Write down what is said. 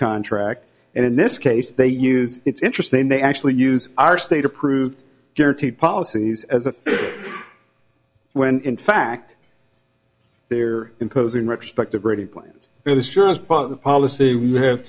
contract and in this case they use it's interesting they actually use our state approved guaranteed policies as a when in fact they're imposing retrospective rating plans for this year as part of the policy we